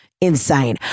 Insane